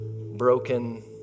broken